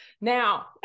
Now